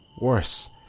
Worse